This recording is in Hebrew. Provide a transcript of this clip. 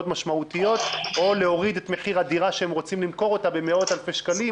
משמעותיות או להוריד את מחיר הדירה שהם רוצים למכור במאות אלפי שקלים,